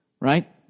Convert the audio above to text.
Right